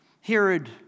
Herod